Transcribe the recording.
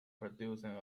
producing